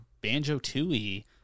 Banjo-Tooie